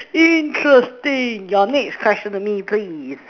interesting your next question to me please